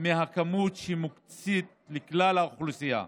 מהכמות שמוקצית לכלל האוכלוסייה.